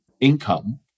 income